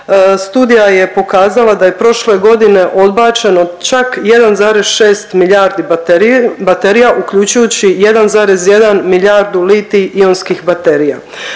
Studija je pokazala da je prošle godine odbačeno čak 1,6 milijardi baterija, uključujući 1,1 milijardu litij-ionskih baterija.